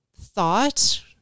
thought